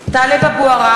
(קוראת בשמות חברי הכנסת) טלב אבו עראר,